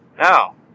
Now